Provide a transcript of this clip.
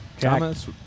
Thomas